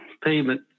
pavement